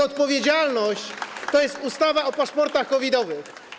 Odpowiedzialność to jest ustawa o paszportach COVID-owych.